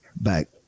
back